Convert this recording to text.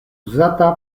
uzata